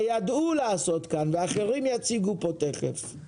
שידעו לעשות כאן, ואחרים תיכף יציגו פה: